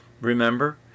remember